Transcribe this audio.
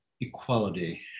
equality